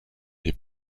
est